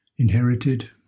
Inherited